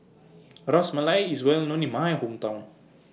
Ras Malai IS Well known in My Hometown